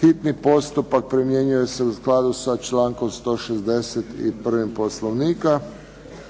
Hitni postupak primjenjuje se u skladu sa člankom 161. Poslovnika.